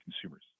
consumers